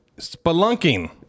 Spelunking